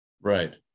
Right